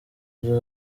nzu